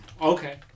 Okay